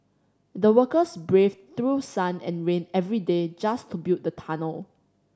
the workers braved through sun and rain every day just to build the tunnel